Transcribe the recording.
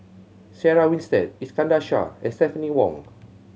Sarah Winstedt Iskandar Shah and Stephanie Wong